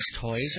toys